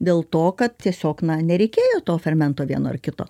dėl to kad tiesiog na nereikėjo to fermento vieno ar kito